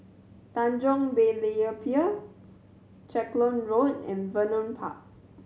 Tanjong Berlayer Pier Clacton Road and Vernon Park